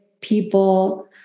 people